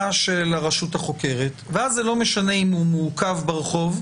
של הרשות החוקרת ואז זה לא משנה אם הוא מעוכב ברחוב,